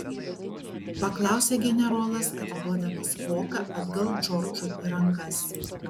paklausė generolas atiduodamas voką atgal džordžui į rankas